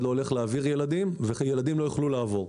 לא הולך להעביר ילדים וילדים לא יוכלו לעבור.